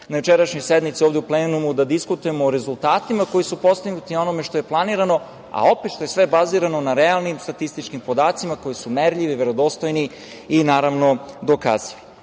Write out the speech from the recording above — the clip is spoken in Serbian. na jučerašnjoj sednici da diskutujemo o rezultatima koji su postignuti i o onome što je planirano, a opet je sve bazirano na realnim statističkim podacima koji su merljivi, verodostojni i dokazivi. Da